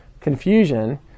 confusion